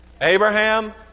Abraham